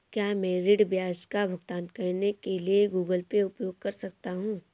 क्या मैं ऋण ब्याज का भुगतान करने के लिए गूगल पे उपयोग कर सकता हूं?